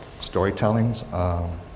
storytellings